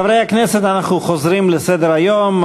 חברי הכנסת אנחנו חוזרים לסדר-היום.